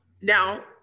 Now